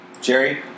Jerry